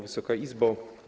Wysoka Izbo!